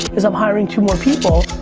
is i'm hiring two more people,